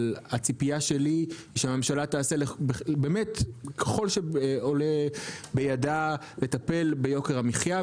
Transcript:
אבל הציפייה שלי היא שהממשלה תעשה ככל שעולה בידה לטפל ביוקר המחייה.